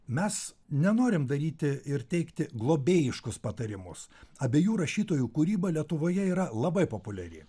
mes nenorim daryti ir teikti globėjiškus patarimus abejų rašytojų kūryba lietuvoje yra labai populiari